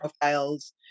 profiles